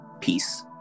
peace